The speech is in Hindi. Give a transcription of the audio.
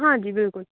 हाँ जी बिल्कुल